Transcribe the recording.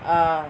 ah